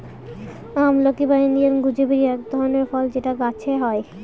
আমলকি বা Indian gooseberry এক ধরনের ফল যেটা গাছে হয়